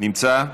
לא נמצא,